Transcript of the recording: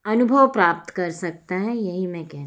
अनुभव प्राप्त कर सकता है यही मैं कहना चाहूँगी